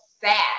sad